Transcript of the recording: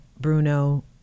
Bruno